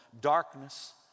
darkness